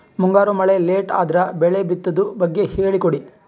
ಮುಂಗಾರು ಮಳೆ ಲೇಟ್ ಅದರ ಬೆಳೆ ಬಿತದು ಬಗ್ಗೆ ಹೇಳಿ ಕೊಡಿ?